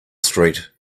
street